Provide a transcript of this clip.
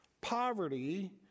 poverty